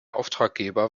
auftraggeber